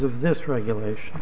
of this regulation